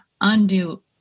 undo